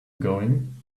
going